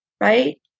right